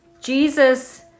Jesus